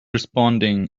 responding